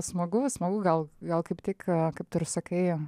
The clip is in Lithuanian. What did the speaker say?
smagu smagu gal gal kaip tik kaip tu ir sakai